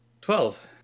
Twelve